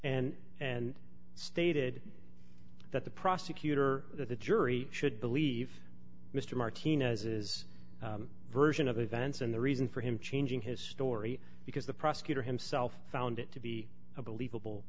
and and stated that the prosecutor that the jury should believe mr martinez's version of events and the reason for him changing his story because the prosecutor himself found it to be a believable